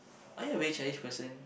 are you a very childish person